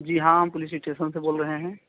जी हाँ हम police station से बोल रहे हैं